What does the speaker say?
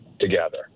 together